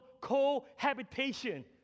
cohabitation